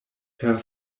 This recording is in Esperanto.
per